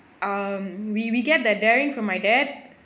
um we we get that daring for my dad